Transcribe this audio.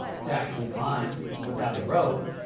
to actually climb without a rope,